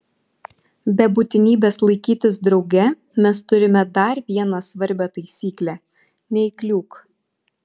be būtinybės laikytis drauge mes turime dar vieną svarbią taisyklę neįkliūk